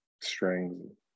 strings